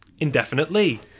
Indefinitely